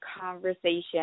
conversation